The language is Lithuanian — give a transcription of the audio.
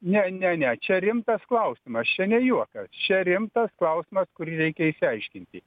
ne ne ne čia rimtas klausimas čia ne juokas čia rimtas klausimas kurį reikia išsiaiškinti